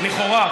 לכאורה,